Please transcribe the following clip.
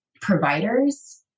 providers